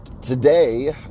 today